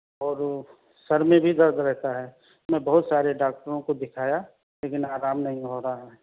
اور سر میں بھی درد رہتا ہے میں بہت سارے ڈاکٹروں کو دکھایا لیکن آرام نہیں ہو رہا ہے